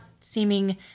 seeming